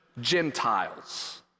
Gentiles